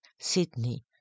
SYDNEY